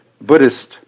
Buddhist